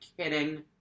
kidding